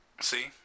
See